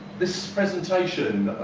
this presentation,